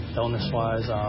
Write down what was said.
illness-wise